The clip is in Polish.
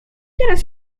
teraz